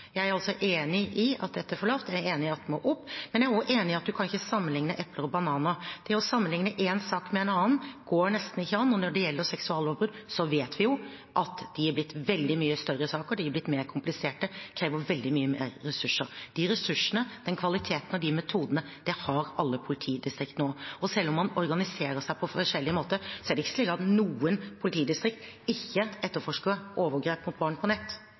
Jeg er altså enig i at dette er for lavt, jeg er enig i at det må opp, men jeg er også enig i at man kan ikke sammenligne epler og bananer. Det å sammenligne en sak med en annen går nesten ikke an, og når det gjelder seksuallovbrudd, vet vi jo at de sakene er blitt veldig mye større, de er blitt mer kompliserte og krever veldig mye mer ressurser. De ressursene, den kvaliteten og de metodene har alle politidistrikter nå, og selv om man organiserer seg på forskjellige måter, er det ikke slik at noen politidistrikter ikke etterforsker overgrep mot barn på nett.